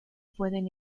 pueden